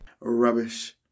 Rubbish